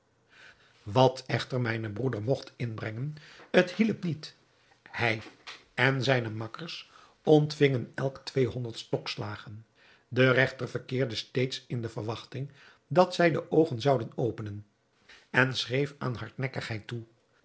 wat echter mijn broeder mogt inbrengen t hielp niet hij en zijne makkers zij ontvingen elk tweehonderd stokslagen de regter verkeerde steeds in de verwachting dat zij de oogen zouden openen en schreef aan hardnekkigheid toe